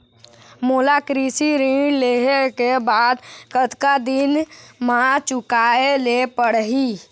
मोला कृषि ऋण लेहे के बाद कतका दिन मा चुकाए ले पड़ही?